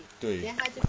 对